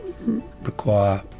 require